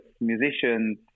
musicians